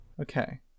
okay